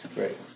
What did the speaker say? Great